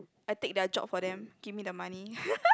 I take their job for them give me their money